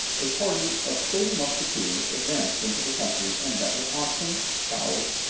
a party of thirty musketeers advanced into the country and met with oxen, cows,